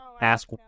ask